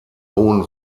hohen